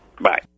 bye